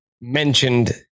mentioned